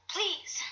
Please